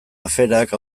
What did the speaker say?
aferak